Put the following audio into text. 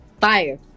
Fire